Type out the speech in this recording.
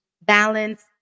balance